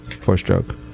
four-stroke